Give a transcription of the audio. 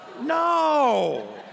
No